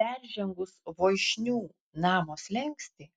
peržengus voišnių namo slenkstį